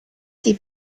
die